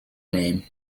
name